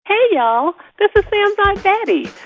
hey, y'all. this is sam's aunt betty.